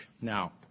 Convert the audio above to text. Now